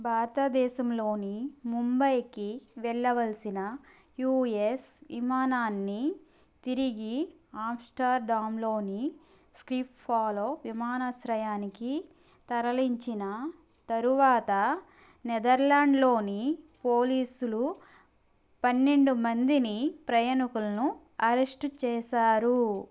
భారతదేశంలోని ముంబైకి వెళ్ళవలసిన యూయస్ విమానాన్ని తిరిగి ఆమ్స్టర్డామ్లోని స్కిఫోల్ విమానాశ్రయానికి తరలించిన తరువాత నెదర్లాండ్స్లోని పోలీసులు పన్నెండు మందిని ప్రయాణికులను అరెస్టు చేసారు